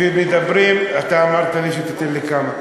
אתה אמרת לי שתיתן לי כמה.